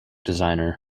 designer